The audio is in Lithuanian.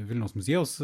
vilniaus muziejaus